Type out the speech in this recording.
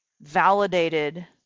validated